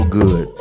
good